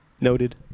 Noted